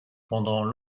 pendant